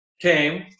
came